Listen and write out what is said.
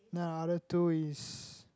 then other two is